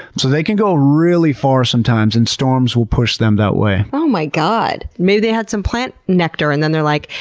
so they can go really far sometimes and storms will push them that way. oh my god! maybe they had some plant nectar and then they're like,